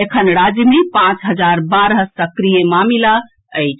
एखन राज्य मे पांच हजार बारह सक्रिय मामिला अछि